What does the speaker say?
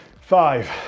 Five